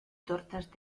tortas